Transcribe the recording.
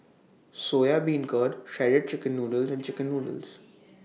Soya Beancurd Shredded Chicken Noodles and Chicken Noodles